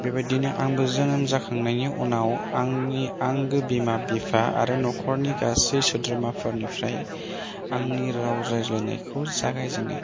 बेबायदिनो आंबो जोनोम जाखांनायनि उनाव आंनि आंगो बिमा बिफा आरो नखरनि गासै सोद्रोमाफोरनिफ्राय आंनि राव रायज्लायनायखौ जागायजेनो